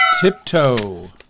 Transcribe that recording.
Tiptoe